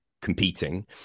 competing